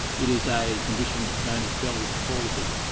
it is a condition known as bell's palsy.